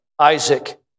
Isaac